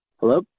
Hello